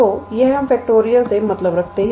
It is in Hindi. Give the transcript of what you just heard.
तोयह हम फैक्टोरियल से मतलब रखते हैं